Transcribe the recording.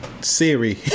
Siri